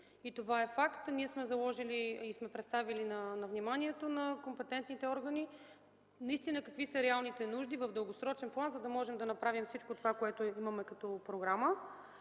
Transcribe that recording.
са ограничени. Ние сме заложили и представили на вниманието на компетентните органи какви са реалните нужди в дългосрочен план, за да можем да направим всичко, което имаме като програма.